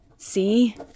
See